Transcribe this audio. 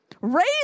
Raise